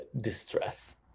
distress